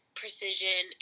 precision